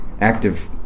active